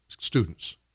students